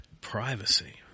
privacy